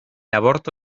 aborto